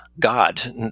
God